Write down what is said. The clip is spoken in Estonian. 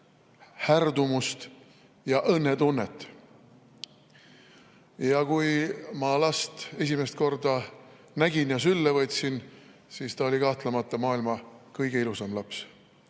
härdumust ja õnnetunnet. Ja kui ma last esimest korda nägin ja sülle võtsin, siis ta oli kahtlemata maailma kõige ilusam laps.